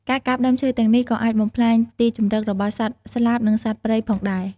ការកាប់ដើមឈើទាំងនេះក៏អាចបំផ្លាញទីជម្រករបស់សត្វស្លាបនិងសត្វព្រៃផងដែរ។